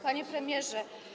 Panie Premierze!